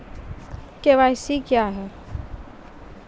KYC क्या हैं?